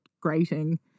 grating